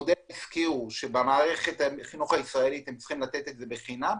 המודל העסקי הוא שבמערכת החינוך הישראלית הם צריכים לתת את זה בחינם,